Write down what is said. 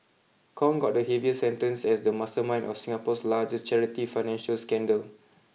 Kong got the heaviest sentence as the mastermind of Singapore's largest charity financial scandal